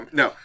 no